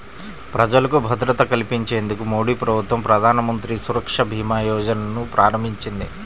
ప్రజలకు భద్రత కల్పించేందుకు మోదీప్రభుత్వం ప్రధానమంత్రి సురక్ష భీమా యోజనను ప్రారంభించింది